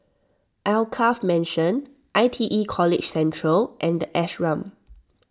Alkaff Mansion I T E College Central and the Ashram